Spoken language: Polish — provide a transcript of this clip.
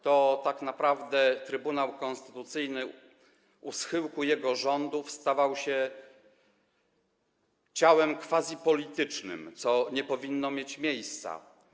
Tak naprawdę Trybunał Konstytucyjny u schyłku jego rządów stawał się ciałem quasi-politycznym, co nie powinno mieć miejsca.